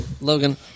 Logan